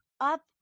up